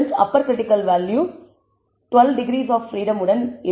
Appar critical value 12 degrees of freedom உடன் இருக்கும்